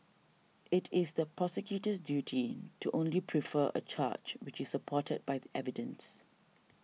it is the prosecutor's duty to only prefer a charge which is supported by the evidence